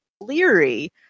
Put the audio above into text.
leery